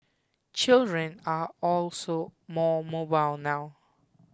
children are also more mobile now